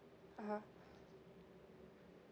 (uh huh)